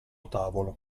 tavolo